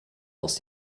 aus